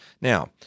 Now